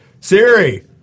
Siri